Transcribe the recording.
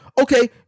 Okay